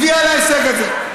הוועדה שלי הביאה להישג הזה.